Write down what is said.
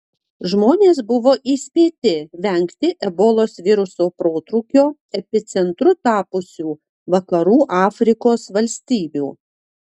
žmonės buvo įspėti vengti ebolos viruso protrūkio epicentru tapusių vakarų afrikos valstybių